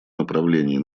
направлении